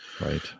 Right